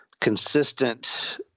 consistent